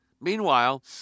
Meanwhile